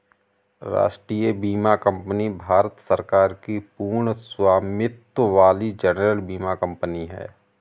राष्ट्रीय बीमा कंपनी भारत सरकार की पूर्ण स्वामित्व वाली जनरल बीमा कंपनी है